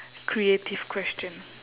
creative question